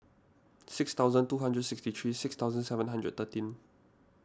six thousand two hundred sixty three six thousand seven hundred thirteen